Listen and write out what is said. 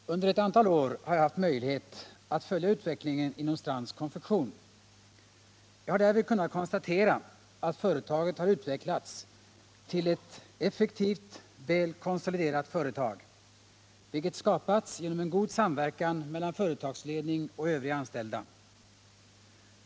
Herr talman! Under ett antal år har jag haft möjlighet att följa utvecklingen inom Strands Konfektions AB. Jag har därvid kunnat konstatera att företaget utvecklats till ett effektivt, väl konsoliderat företag, vilket skapats genom en god samverkan mellan företagsledning och övriga anställda.